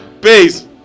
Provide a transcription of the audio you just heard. Peace